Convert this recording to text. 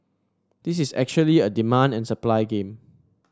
this is actually a demand and supply game